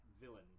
villain